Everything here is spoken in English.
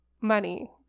money